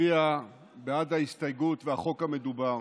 נצביע בעד ההסתייגות והחוק המדובר,